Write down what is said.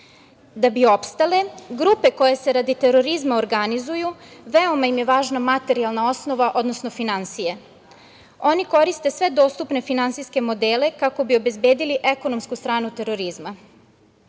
bi opstale, grupe koje se radi terorizma organizuju veoma im je važna materijalna osnova, odnosno finansije. Oni koriste sve dostupne finansijske modele kako bi obezbedili ekonomsku stranu terorizma.